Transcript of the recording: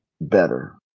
better